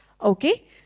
Okay